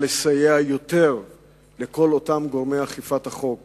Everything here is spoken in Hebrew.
לסייע יותר לכל אותם גורמי אכיפת החוק,